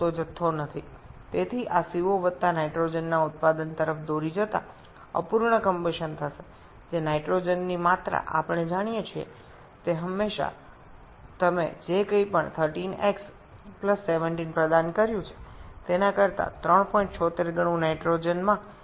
সুতরাং এখানে অসম্পূর্ণ জ্বলন হবে যার ফলে এই CO ও নাইট্রোজেন উৎপন্ন হবে আমরা জানি যা আমরা সরবরাহ করেছি তার এটি সর্বদা ৩৭৬ গুণ নাইট্রোজেন হবে ১৩ x ১৭ এই পরিমাণ নাইট্রোজেন তৈরি করবে